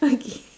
okay